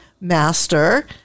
master